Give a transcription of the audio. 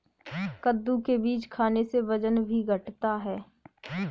कद्दू के बीज खाने से वजन भी घटता है